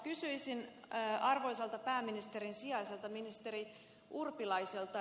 kysyisin arvoisalta pääministerin sijaiselta ministeri urpilaiselta